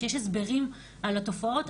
שיש הסברים על התופעות,